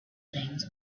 things